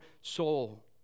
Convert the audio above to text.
soul